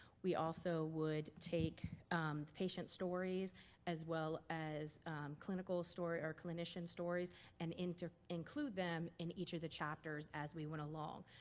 we also would take the patient stories as well as clinical stories or clinician stories and include them in each of the chapters as we went along.